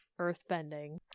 Earthbending